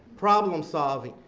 problem solving,